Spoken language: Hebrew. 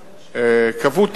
קבעו,